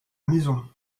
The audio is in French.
maison